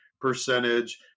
percentage